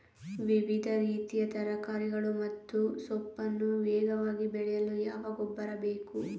ವಿವಿಧ ರೀತಿಯ ತರಕಾರಿಗಳು ಮತ್ತು ಸೊಪ್ಪನ್ನು ವೇಗವಾಗಿ ಬೆಳೆಯಲು ಯಾವ ಗೊಬ್ಬರ ಬೇಕು?